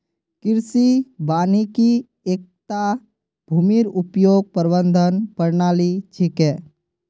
कृषि वानिकी एकता भूमिर उपयोग प्रबंधन प्रणाली छिके